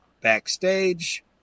backstage